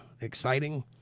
exciting